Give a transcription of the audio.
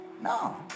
No